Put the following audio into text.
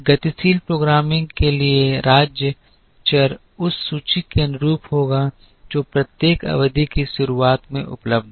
गतिशील प्रोग्रामिंग के लिए राज्य चर उस सूची के अनुरूप होगा जो प्रत्येक अवधि की शुरुआत में उपलब्ध है